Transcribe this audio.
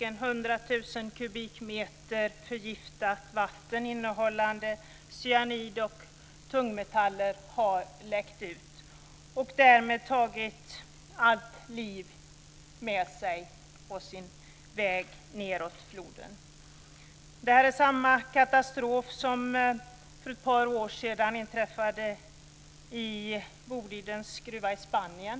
100 000 kubikmeter förgiftat vatten innehållande cyanid och tungmetaller har läckt ut och därmed tagit allt liv med sig på sin väg nedåt floden. Det är samma katastrof som för ett par år sedan inträffade i Bolidens gruva i Spanien.